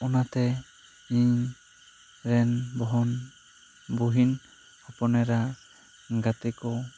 ᱚᱱᱟ ᱛᱮ ᱤᱧ ᱨᱮᱱ ᱵᱚᱦᱚᱱ ᱵᱩᱦᱤᱱ ᱦᱚᱯᱚᱱ ᱮᱨᱟ ᱜᱟᱛᱮ ᱠᱚ